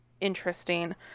interesting